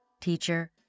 teacher